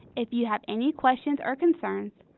if you have any questions or concerns,